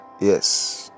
Yes